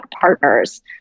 partners